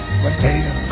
potato